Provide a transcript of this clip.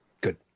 Good